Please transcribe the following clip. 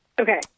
Okay